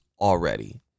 already